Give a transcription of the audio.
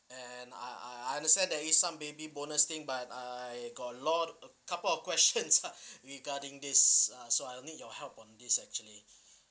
and I I understand there is some baby bonus thing but I got a lot a couple of questions lah regarding this uh so I need your help on this actually